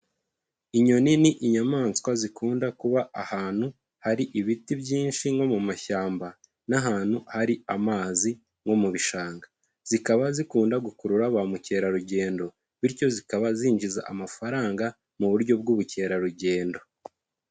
Inyoni ni inyamaswa zikunda kuba ahantu hari ibiti byinshi nko mu mashyamba n'ahantu hari amazi nko mu bishanga, zikaba zikunda gukurura ba mukerarugendo, bityo zikaba zinjiza amafaranga mu buryo bw'ubukerarugendo.